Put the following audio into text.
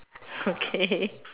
okay